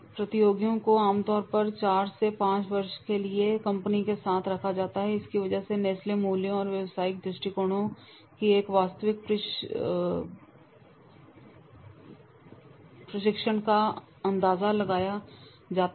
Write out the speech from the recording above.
प्रतियोगियों को आम तौर पर चार से पाँच वर्षों के लिए कंपनी के साथ रखा गया है और इसकी वजह नेस्ले मूल्यों और व्यावसायिक दृष्टिकोणों की एक वास्तविक प्रशिक्षुता का अंदाजा लगाना है